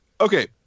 Okay